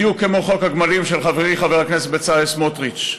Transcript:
בדיוק כמו חוק הגמלים של חברי חבר הכנסת בצלאל סמוטריץ.